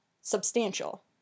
substantial